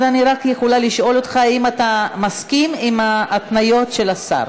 אז אני רק יכולה לשאול אותך אם אתה מסכים להתניות של השר.